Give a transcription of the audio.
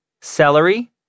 celery